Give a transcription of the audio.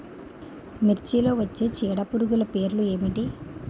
మిర్చిలో వచ్చే చీడపురుగులు పేర్లు ఏమిటి?